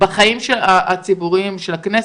בחיים הציבוריים של הכנסת,